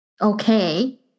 okay